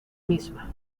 misma